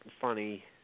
funny